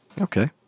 Okay